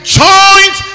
joint